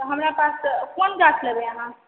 तऽ हमरा पास कोन गाछ लेबै अहाँ